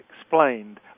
explained